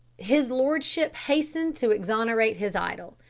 his lordship hastened to exonerate his idol.